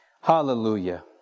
Hallelujah